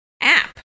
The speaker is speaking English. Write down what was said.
app